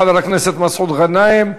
חבר הכנסת מסעוד גנאים.